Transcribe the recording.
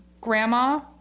grandma